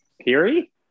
Peary